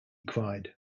cried